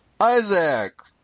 Isaac